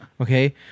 okay